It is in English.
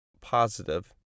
positive